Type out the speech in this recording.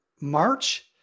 March